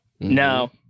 No